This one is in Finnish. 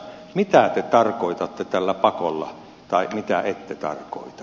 mitä te tarkoitatte tällä pakolla tai mitä ette tarkoita